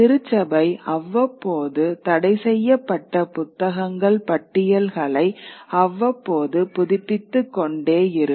திருச்சபை அவ்வப்போது தடைசெய்யப்பட்ட புத்தகங்கள் பட்டியல்களை அவ்வப்போதுபுதுப்பித்துக்கொண்டே இருக்கும்